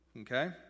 Okay